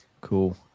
Cool